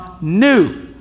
new